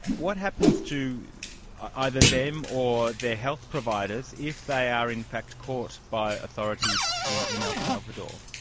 what happens to either them or their health providers if they are in fact caught by authorities in in el salvador?